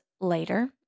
later